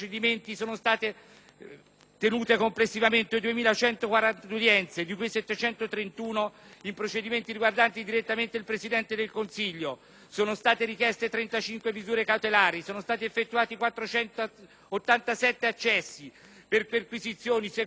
tenute complessivamente 2.140 udienze, di cui 731 in procedimenti riguardanti direttamente il Presidente del Consiglio. Sono state richieste 35 misure cautelari, sono stati effettuati 487 accessi per perquisizioni, sequestri e acquisizioni documentali,